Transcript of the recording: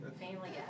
Family